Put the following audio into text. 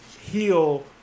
heal